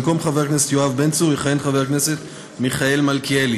במקום חבר הכנסת יואב בן צור יכהן חבר הכנסת מיכאל מלכיאלי.